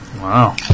Wow